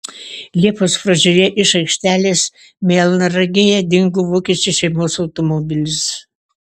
liepos pradžioje iš aikštelės melnragėje dingo vokiečių šeimos automobilis